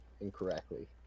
incorrectly